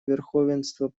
верховенства